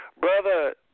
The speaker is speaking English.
Brother